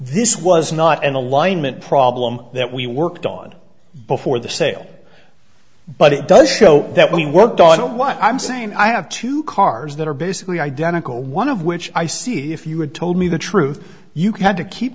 this was not an alignment problem that we worked on before the sale but it does so that when we're done what i'm saying i have two cars that are basically identical one of which i see if you had told me the truth you can to keep